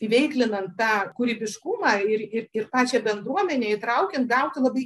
įveiklinant tą kūrybiškumą ir ir pačią bendruomenę įtraukiant gauti labai